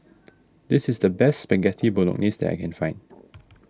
this is the best Spaghetti Bolognese that I can find